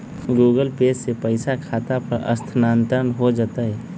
Google Pay से पईसा खाता पर स्थानानंतर हो जतई?